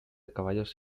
caballos